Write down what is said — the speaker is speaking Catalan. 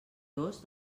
dos